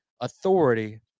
authority